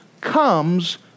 comes